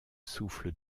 souffle